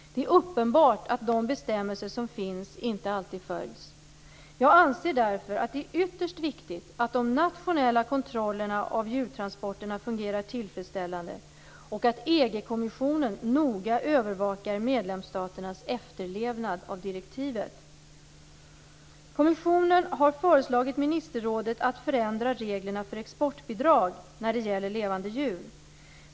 Det är uppenbart att de bestämmelser som finns inte alltid följs. Jag anser därför att det är ytterst viktigt att de nationella kontrollerna av djurtransporterna fungerar tillfredsställande och att EG-kommissionen noga övervakar medlemsstaternas efterlevnad av direktivet. Kommissionen har föreslagit ministerrådet att förändra reglerna för exportbidrag när det gäller levande djur.